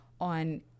on